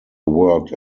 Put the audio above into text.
worked